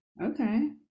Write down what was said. okay